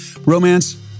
romance